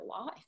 life